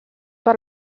per